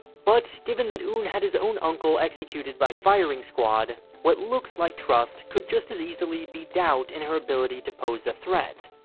but, given that un had his own uncle executed by firing squad, what looks like trust could just as easily be doubt in her ability to pose a threat.